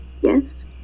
yes